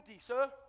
sir